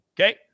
Okay